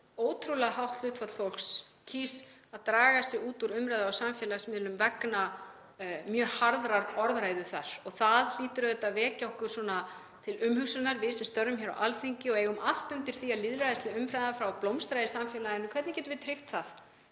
ótrúlega hátt hlutfall fólks kýs að draga sig út úr umræðu á samfélagsmiðlum vegna mjög harðrar orðræðu. Það hlýtur auðvitað að vekja okkur til umhugsunar, okkur sem störfum á Alþingi og eigum allt undir því að lýðræðisleg umræða fái að blómstra í samfélaginu. Hvernig getum við tryggt það